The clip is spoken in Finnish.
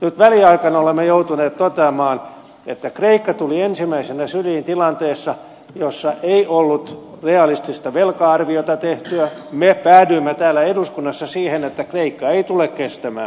nyt väliaikana olemme joutuneet toteamaan että kreikka tuli ensimmäisenä syliin tilanteessa jossa ei ollut realistista velka arviota tehty ja me päädyimme täällä eduskunnassa siihen että kreikka ei tule kestämään